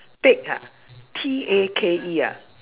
take ah T A K E ah